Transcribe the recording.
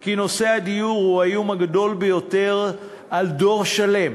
כי נושא הדיור הוא האיום הגדול ביותר על דור שלם